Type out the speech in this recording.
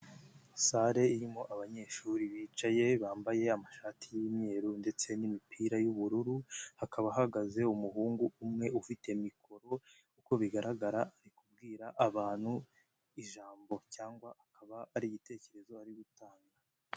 Sare irimo abanyeshuri bicaye bambaye amashati y'imyeru ndetse n'imipira y'ubururu, hakaba hahagaze umuhungu umwe ufite mikoro uko bigaragara ari kubwira abantu ijambo cyangwa akaba ari igitekerezo ari gutanga.